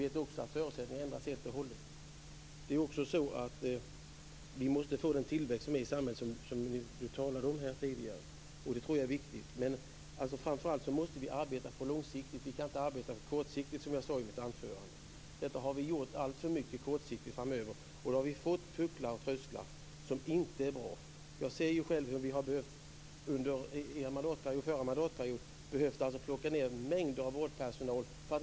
Vi vet också att förutsättningarna kan förändras helt och hållet. Vi måste få en tillväxt i samhället, som Conny Öhman också nämnde. Det är viktigt. Framför allt måste vi arbeta långsiktigt. Vi kan inte arbeta kortsiktigt, som jag sade i mitt anförande. Det har vi gjort alldeles för mycket. Vi har fått pucklar och trösklar, och det är inte bra. Jag ser själv hur vi under förra mandatperioden har behövt friställa mängder av vårdpersonal.